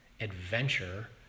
adventure